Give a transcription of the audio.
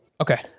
Okay